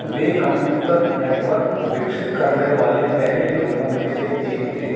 वह computer network विकसित करने वाले पहले लोगों में से एक थे